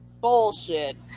bullshit